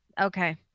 Okay